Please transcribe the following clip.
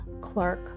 Clark